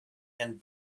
and